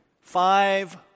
Five